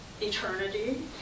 eternity